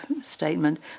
statement